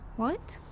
what?